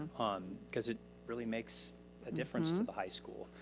um cause it really makes a difference to the high school.